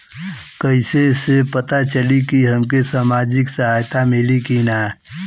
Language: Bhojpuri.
कइसे से पता चली की हमके सामाजिक सहायता मिली की ना?